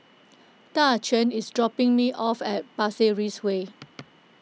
Daquan is dropping me off at Pasir Ris Way